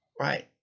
right